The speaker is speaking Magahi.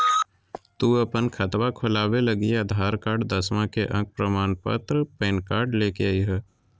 तू अपन खतवा खोलवे लागी आधार कार्ड, दसवां के अक प्रमाण पत्र, पैन कार्ड ले के अइह